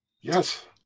Yes